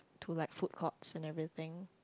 to like food court and everything